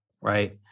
right